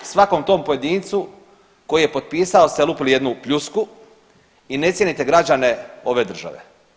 Svakom tom pojedincu koji je potpisao ste lupili jednu pljusku i ne cijenite građane ove države.